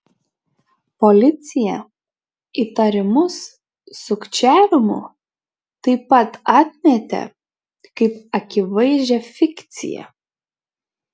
policija įtarimus sukčiavimu taip pat atmetė kaip akivaizdžią fikciją